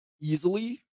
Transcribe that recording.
easily